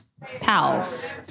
pals